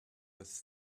this